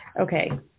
Okay